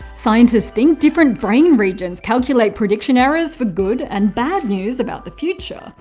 scientists think different brain regions calculate prediction errors for good and bad news about the future.